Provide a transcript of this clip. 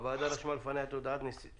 הוועדה רשמה לפניה את הודעת נציג